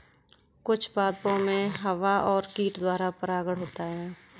कुछ पादपो मे हवा और कीट द्वारा परागण होता है